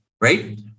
right